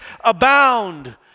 abound